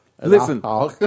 Listen